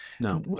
no